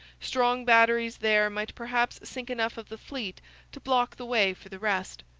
strong batteries there might perhaps sink enough of the fleet to block the way for the rest.